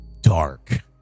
dark